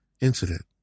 incident